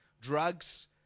Drugs